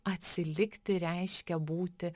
atsilikti reiškia būti